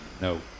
No